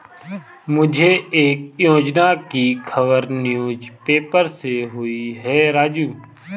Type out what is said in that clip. मुझे एक योजना की खबर न्यूज़ पेपर से हुई है राजू